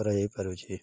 କରାଯାଇପାରୁଛି